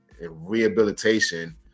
rehabilitation